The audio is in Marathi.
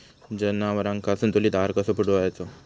जनावरांका संतुलित आहार कसो पुरवायचो?